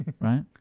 Right